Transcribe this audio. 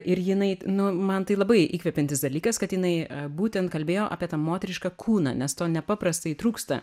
ir jinai nu man tai labai įkvepiantis dalykas kad jinai būtent kalbėjo apie tą moterišką kūną nes to nepaprastai trūksta